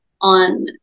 on